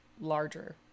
larger